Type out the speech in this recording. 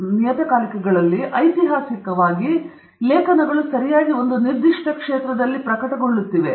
ಆ ನಿಯತಕಾಲಿಕಗಳಲ್ಲಿ ಐತಿಹಾಸಿಕವಾಗಿ ಲೇಖನಗಳು ಸರಿಯಾಗಿ ಒಂದು ನಿರ್ದಿಷ್ಟ ಪ್ರದೇಶದಲ್ಲಿ ಪ್ರಕಟಗೊಳ್ಳುತ್ತಿವೆ